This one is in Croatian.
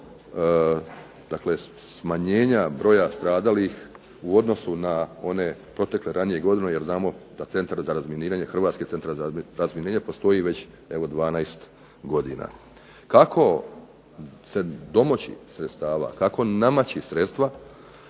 smanjenja broja stradalih u odnosu na one protekle ranije godine jer znamo da Centar za razminiranje Hrvatske postoji već evo 12 godina. Kako se domoći sredstava, kako namaći sredstva?